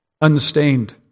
unstained